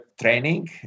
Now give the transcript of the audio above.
training